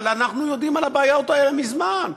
אבל אנחנו יודעים על הבעיות האלה מזמן.